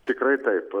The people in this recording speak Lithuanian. tikrai taip